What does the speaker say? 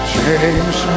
Change